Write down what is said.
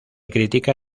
critica